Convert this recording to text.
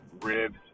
Ribs